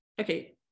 okay